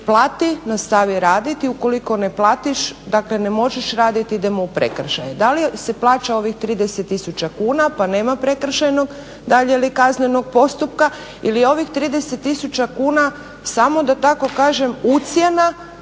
plati, nastavi raditi, ukoliko ne platiš dakle ne možeš raditi, idemo u prekršaj. Da li se plaća ovih 30 tisuća kuna pa nema prekršajnog dalje ili kaznenog postupka ili ovih 30 tisuća kuna samo da tako kažem ucjena